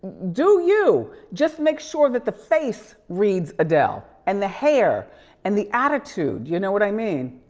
do you. just make sure that the face reads adele, and the hair and the attitude. you know what i mean?